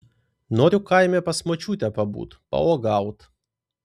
noriu kaime pas močiutę pabūt pauogaut